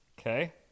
Okay